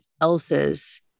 else's